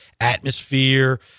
atmosphere